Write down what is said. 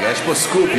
רגע, יש פה סקופ.